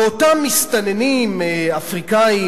ואותם מסתננים אפריקנים,